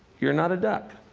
you're not a duck.